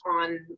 on